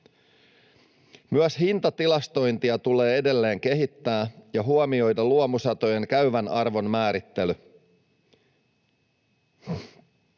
Myös hintatilastointia tulee edelleen kehittää ja huomioida luomusatojen käyvän arvon määrittely.